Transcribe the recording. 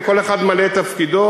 וכל אחד ממלא את תפקידו,